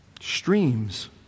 Streams